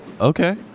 Okay